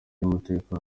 y’umutekano